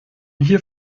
hier